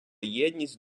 єдність